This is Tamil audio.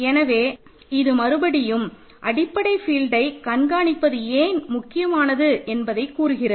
எனவே இது மறுபடியும் அடிப்படை ஃபீல்ட்டை கண்காணிப்பது ஏன் முக்கியமானது என்பதைக் கூறுகிறது